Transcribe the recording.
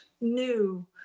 new